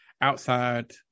outside